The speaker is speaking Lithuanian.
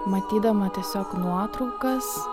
matydama tiesiog nuotraukas